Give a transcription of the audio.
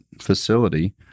facility